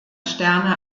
sterne